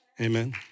Amen